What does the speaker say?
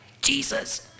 Jesus